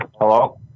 Hello